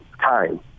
time